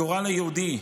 הגורל היהודי,